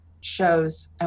shows